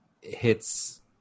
hits